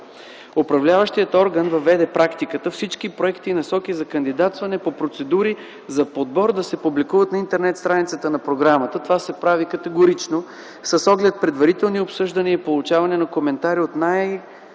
управляващият орган въведе практиката всички проекти и насоки за кандидатстване по процедури за подбор да се публикуват на интернет-страницата на програмата. Това се прави категорично с оглед предварителни обсъждания и получаване на коментари от най голям